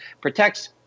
protects